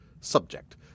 Subject